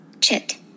Chit